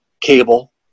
cable